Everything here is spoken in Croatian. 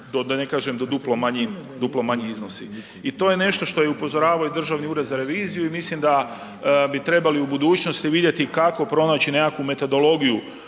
da ne kažem duplo, duplo manji iznosi. I to je nešto što je upozoravao i Državni ured za reviziju i mislim bi trebali u budućnosti vidjeti kako pronaći nekakvu metodologiju